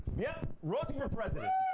yep. rosie for president.